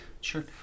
Sure